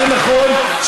יותר נכון,